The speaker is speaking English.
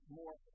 more